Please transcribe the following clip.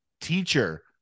teacher